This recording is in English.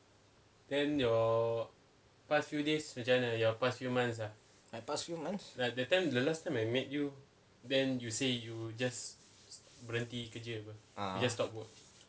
my past few months ah ah